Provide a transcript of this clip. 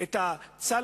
את צה"ל,